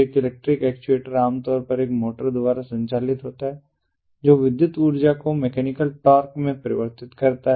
एक electric actuator आमतौर पर एक मोटर द्वारा संचालित होता है जो विद्युत ऊर्जा को मैकेनिकल टॉर्क में परिवर्तित करता है